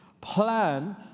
plan